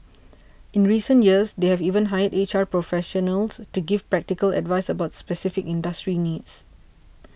in recent years they have even hired H R professionals to give practical advice about specific industry needs